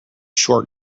short